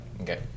okay